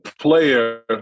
player